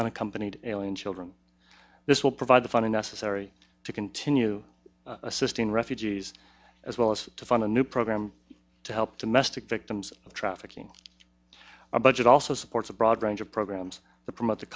unaccompanied alien children this will provide the funding necessary to continue assisting refugees as well as to fund a new program to help to mastic victims of trafficking a budget also supports a broad range of programs to promote the